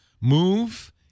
Move